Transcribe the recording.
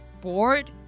bored